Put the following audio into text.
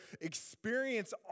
experience